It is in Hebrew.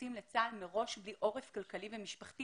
שנכנסים לצה"ל מראש בלי עורף כלכלי ומשפחתי,